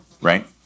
right